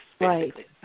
Right